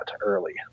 early